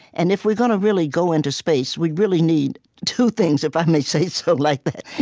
and if we're gonna really go into space, we really need two things, if i may say so like that.